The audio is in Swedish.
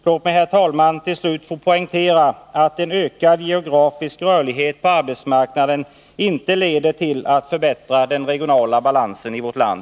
Låt mig, herr talman, till slut få poängtera att en ökad geografisk rörlighet på arbetsmarknaden inte leder till en förbättring av den regionala balansen i vårt land.